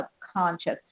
subconscious